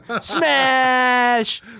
smash